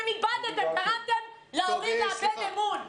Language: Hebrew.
אתם איבדתם, גרמתם להורים לאבד אמון.